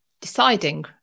deciding